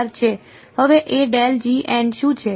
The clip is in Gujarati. હવે એ શું છે